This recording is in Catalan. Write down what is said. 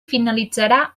finalitzarà